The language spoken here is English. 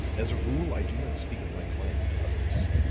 as a rule i do not speak of my clients to others,